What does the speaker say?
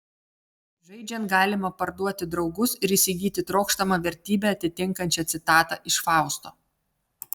žaidžiant galima parduoti draugus ir įsigyti trokštamą vertybę atitinkančią citatą iš fausto